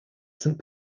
saint